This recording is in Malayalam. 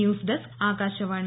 news desk Akashvani